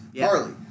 Harley